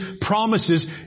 promises